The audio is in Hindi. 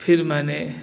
फिर मैंने